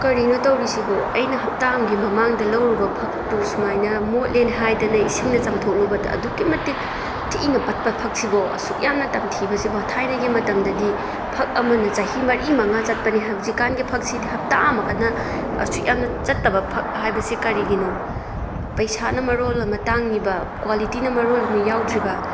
ꯀꯔꯤꯅꯣ ꯇꯧꯔꯤꯁꯤꯕꯣ ꯑꯩꯅ ꯍꯞꯇꯥ ꯑꯃꯒꯤ ꯃꯃꯥꯡꯗ ꯂꯧꯔꯨꯕ ꯐꯛꯄꯨ ꯁꯨꯃꯥꯏꯅ ꯃꯣꯠꯂꯦꯅ ꯍꯥꯏꯗꯅ ꯏꯁꯤꯡꯅ ꯆꯥꯝꯊꯣꯛꯂꯨꯕꯗ ꯑꯗꯨꯛꯀꯤ ꯃꯇꯤꯛ ꯊꯤꯅ ꯄꯠꯄ ꯐꯛꯁꯤꯕꯣ ꯑꯁꯨꯛ ꯌꯥꯝꯅ ꯇꯝꯊꯤꯕꯁꯤꯕꯣ ꯊꯥꯏꯅꯒꯤ ꯃꯇꯝꯗꯗꯤ ꯐꯛ ꯑꯃꯅ ꯆꯍꯤ ꯃꯔꯤ ꯃꯉꯥ ꯆꯠꯄꯅꯤ ꯍꯧꯖꯤꯛ ꯀꯥꯟꯒꯤ ꯐꯛꯁꯤꯗꯤ ꯍꯞꯇꯥ ꯑꯃ ꯈꯛꯅ ꯑꯁꯨꯛ ꯌꯥꯝꯅ ꯆꯠꯇꯕ ꯐꯛ ꯍꯥꯏꯕꯁꯤ ꯀꯔꯤꯒꯤꯅꯣ ꯄꯩꯁꯥꯅ ꯃꯔꯣꯜ ꯑꯃ ꯇꯥꯡꯉꯤꯕ ꯀ꯭ꯋꯥꯂꯤꯇꯤꯅ ꯃꯔꯣꯜ ꯑꯃ ꯌꯥꯎꯗ꯭ꯔꯤꯕ